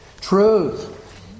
Truth